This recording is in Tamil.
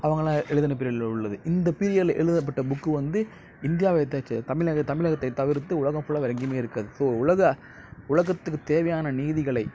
அவங்கள்லாம் எழுதின பீரியடில் உள்ளது இந்த பீரியடில் எழுதப்பட்ட புக்கு வந்து இந்தியாவை தமிழக தமிழகத்தை தவிர்த்து உலகம் ஃபுல்லாக வேற எங்கேயுமே இருக்காது ஸோ உலக உலகத்துக்கு தேவையான நீதிகளை